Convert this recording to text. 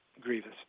grievous